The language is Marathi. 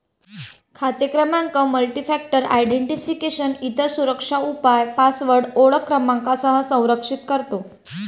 खाते क्रमांक मल्टीफॅक्टर आयडेंटिफिकेशन, इतर सुरक्षा उपाय पासवर्ड ओळख क्रमांकासह संरक्षित करतो